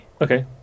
okay